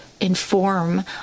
inform